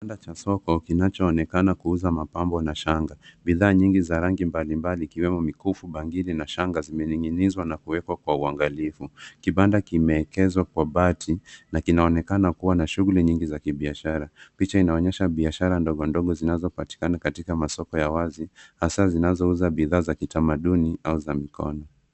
Kibanda cha soko kinachoonekana kuuza mapambo na shanga. Bidhaa nyingi za rangi mbalimbali ikiwemo mikufu bangili na shanga zimening'inizwa na kuwekwa kwa wangalifu. Kibanda kimeekezwa kwa bati na kinaonekana kuwa na shuguli nyingi za kibiashara. Picha inaonyesha biashara ndogondogo zinazopatikana katika masoko ya wazi. Hasaa zinazouza bidhaa za kitamaduni au za mikono.